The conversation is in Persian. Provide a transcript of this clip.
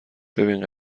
ببین